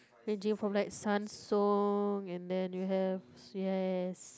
ranging from like Samsung and then we have